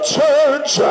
church